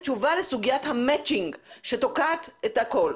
תשובה לסוגיית המצ'ינג שתוקעת את הכול.